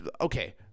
okay